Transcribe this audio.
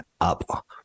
up